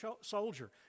soldier